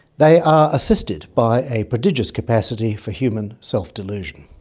they are assisted by a prodigious capacity for human self-delusion.